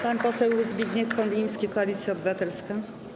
Pan poseł Zbigniew Konwiński, Koalicja Obywatelska.